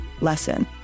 lesson